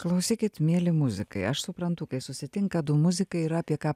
klausykit mieli muzikai aš suprantu kai susitinka du muzikai yra apie ką